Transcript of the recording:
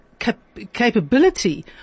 capability